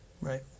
Right